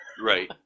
Right